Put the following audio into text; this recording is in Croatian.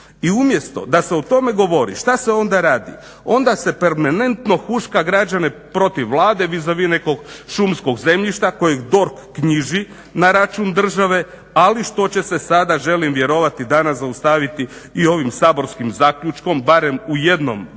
I umjesto da se o tome govori, što se onda radi? Onda se permanentno huška građane protiv Vlade vis-a-vis nekog šumskog zemljišta kojeg DORH knjiži na račun države, ali što će se sada želim vjerovati danas zaustaviti i ovim saborskim zaključkom barem u jednom većem